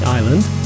Island